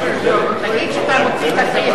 תגיד שאתה מוציא את הסעיף.